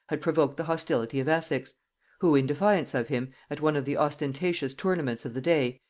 had provoked the hostility of essex who, in defiance of him, at one of the ostentatious tournaments of the day,